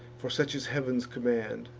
for such is heav'n's command.